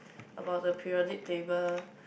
about the periodic table